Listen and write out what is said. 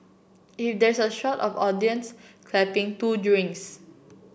if there's a shot of audience clapping two drinks